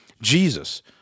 Jesus